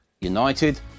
United